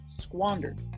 Squandered